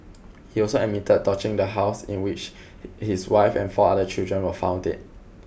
he also admitted torching the house in which his wife and four other children were found dead